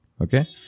Okay